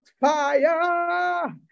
fire